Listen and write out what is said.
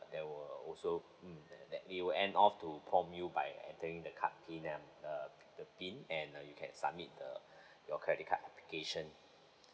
there will also mm it will end off to form you by telling the card pin and the the pin and uh you can submit the your credit card application